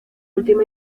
última